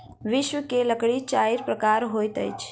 विश्व में लकड़ी चाइर प्रकारक होइत अछि